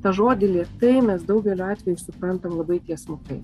tą žodį lėtai mes daugeliu atveju suprantam labai tiesmukai